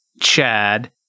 Chad